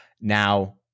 Now